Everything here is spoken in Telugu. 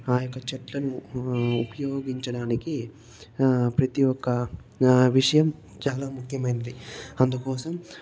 ఆ యొక్క చెట్లను ఉపయోగించడానికి ప్రతి ఒక్క విషయం చాలా ముఖ్యమైనది అందుకోసం